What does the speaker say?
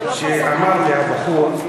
אמר לי הבחור,